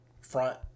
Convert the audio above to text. front